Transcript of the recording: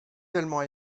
tellement